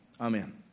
Amen